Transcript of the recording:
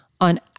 on